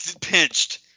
pinched